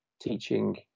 teaching